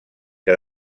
que